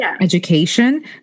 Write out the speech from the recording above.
education